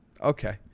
Okay